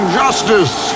justice